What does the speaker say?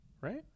right